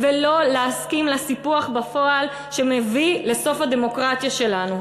ולא להסכים לסיפוח בפועל שמביא לסוף הדמוקרטיה שלנו.